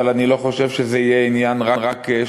אבל אני לא חושב שזה יהיה עניין רק שלנו,